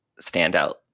standout